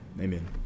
Amen